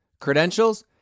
Credentials